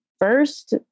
first